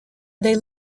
they